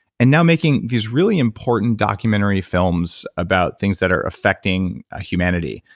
and now making these really important documentary films about things that are affecting humanity.